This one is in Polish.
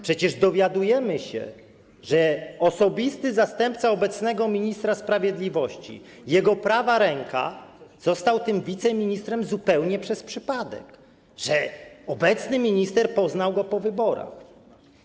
Przecież dowiadujemy się, że osobisty zastępca obecnego ministra sprawiedliwości, jego prawa ręka, został wiceministrem zupełnie przez przypadek, że obecny minister poznał go po wyborach.